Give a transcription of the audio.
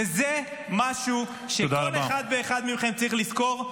וזה משהו שכל אחד ואחד מכם צריך לזכור.